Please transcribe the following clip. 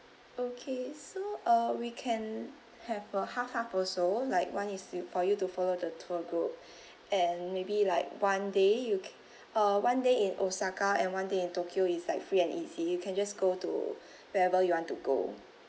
okay so uh we can have a half half also like [one] is you for you to follow the tour group and maybe like one day you c~ uh one day in osaka and one day in tokyo is like free and easy you can just go to wherever you want to go